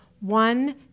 One